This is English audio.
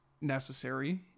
necessary